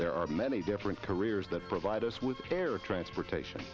there are many different careers that provide us with air transportation